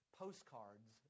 postcards